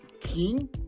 king